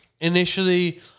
initially